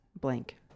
blank